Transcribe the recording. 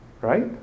Right